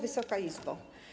Wysoka Izbo!